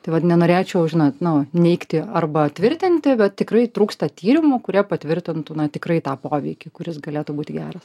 tai vat nenorėčiau žinot nu neigti arba tvirtinti bet tikrai trūksta tyrimų kurie patvirtintų na tikrai tą poveikį kuris galėtų būti geras